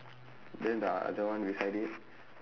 then the other one beside it